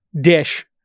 dish